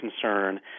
concern